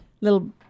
little